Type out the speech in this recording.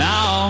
Now